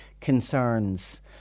concerns